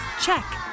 check